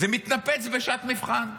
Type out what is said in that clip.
זה מתנפץ בשעת מבחן,